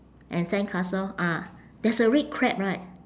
and sandcastle ah there's a red crab right